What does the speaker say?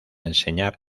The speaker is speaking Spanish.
enseñar